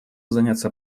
заняться